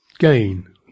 Gain